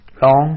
Long